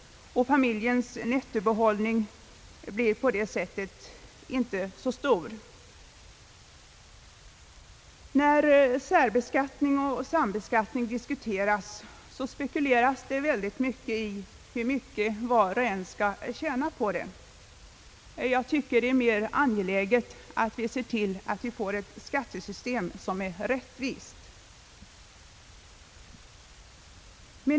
Familjens nettobehållning blir på det sättet inte så stor. När särbeskattning och sambeskattning diskuteras, spekuleras det väldigt mycket över hur mycket var och en skall tjäna därpå. Jag tycker det är mer angeläget att se till att vi får ett rättvist skattesystem.